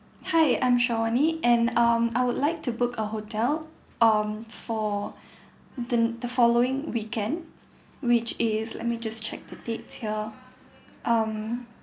hi I'm shawnee and um I would like to book a hotel um for the the following weekend which is let me just check the date here um